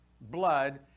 blood